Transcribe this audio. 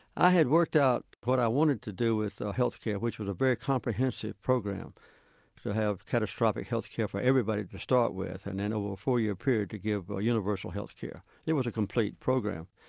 i had worked out what i wanted to do with health care, which was a very comprehensive program to have catastrophic health care for everybody to start with and then over a four-year period to give universal health care. there was a complete program.